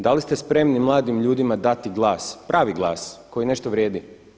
Da li ste spremni mladim ljudima dati glas, pravi glas koji nešto vrijedi?